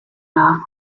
off